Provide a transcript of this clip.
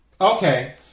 Okay